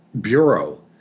Bureau